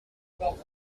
about